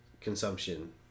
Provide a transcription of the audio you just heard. consumption